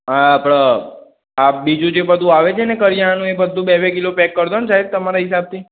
આપણે આ બીજું જે બધું આવે છે ને કરિયાણું એ બધું બે બે કિલો પેક કરી દો ને સાહેબ તમારા હિસાબથી